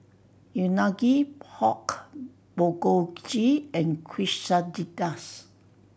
Unagi Pork Bulgogi and Quesadillas